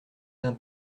d’un